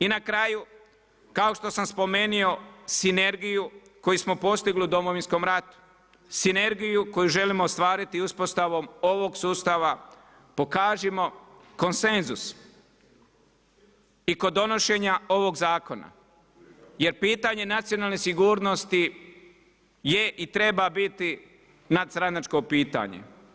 I na kraju kao što sam spomenuo sinergiju koju smo postigli u Domovinskom ratu, sinergiju koju želimo ostvariti uspostavom ovog sustava pokažimo konsenzus i kod donošenja ovog zakona jer pitanje nacionalne sigurnosti je i treba biti nadstranačko pitanje.